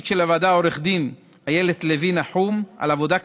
של הוועדה עו"ד איילת לוי נחום על עבודה קשה,